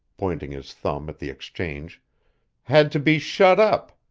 pointing his thumb at the exchange had to be shut up.